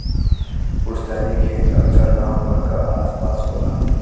पुस्तैनी खेत अक्सर गांव घर क आस पास होला